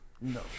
no